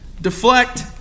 Deflect